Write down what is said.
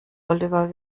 oliver